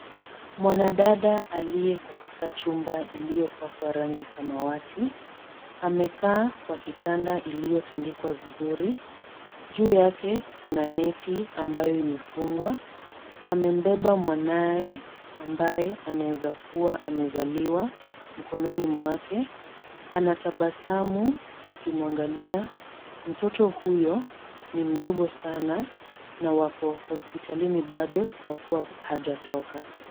Mwanadada aliye katika chumba iliyopakwa rangi samawati. Amekaa kwa kitanda iliyotandikwa vizuri. Juu yake kuna neti ambayo imefungwa. Amembeba mwanawe ambaye anaweza kuwa amezaliwa mkononi mwake. Anatabasamu akimwangalia. Mtoto huyo ni mdogo sana na wako hospitalini bado kwa kuwa hajatoka.